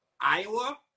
Iowa